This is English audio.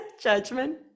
judgment